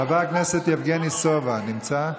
חבר הכנסת יבגני סובה, נמצא?